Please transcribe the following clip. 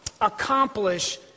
accomplish